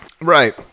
Right